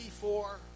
four